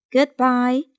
Goodbye